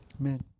Amen